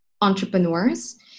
entrepreneurs